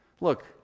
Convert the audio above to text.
look